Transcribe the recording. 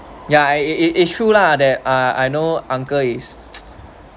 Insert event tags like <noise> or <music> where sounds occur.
yeah I it it it's true lah that uh I know uncle is <noise>